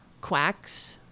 quacks